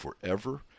forever